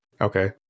okay